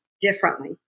differently